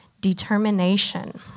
determination